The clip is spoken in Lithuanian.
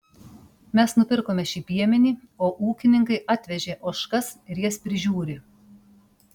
mes nupirkome šį piemenį o ūkininkai atvežė ožkas ir jas prižiūri